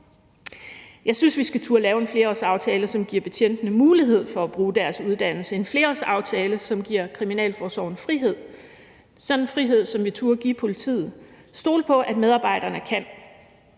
Jeg synes, vi skal turde lave en flerårsaftale, som giver betjentene mulighed for at bruge deres uddannelse, en flerårsaftale, som giver kriminalforsorgen frihed, sådan en frihed, som vi turde give politiet, og stole på, at medarbejderne kan.